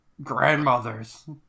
grandmother's